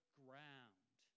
ground